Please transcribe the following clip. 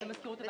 כן.